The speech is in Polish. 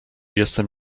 jestem